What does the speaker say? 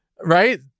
Right